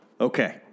Okay